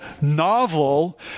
Novel